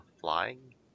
flying